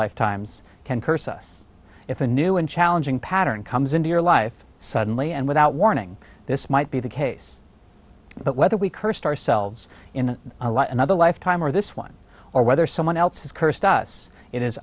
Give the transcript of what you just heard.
life times can curse us if a new and challenging pattern comes into your life suddenly and without warning this might be the case but whether we cursed ourselves in a lot another lifetime or this one or whether someone else is cursed us it is